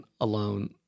alone